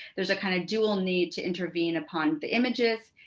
there's a kind of dual need to intervene upon the images,